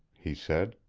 he said.